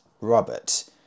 Robert